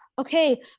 okay